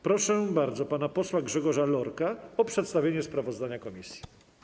Proszę bardzo pana posła Grzegorza Lorka o przedstawienie sprawozdania komisji.